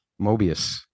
mobius